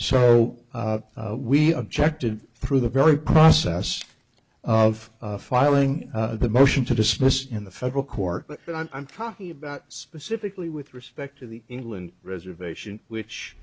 so we objected through the very process of filing the motion to dismiss in the federal court and i'm talking about specifically with respect to the england reservation which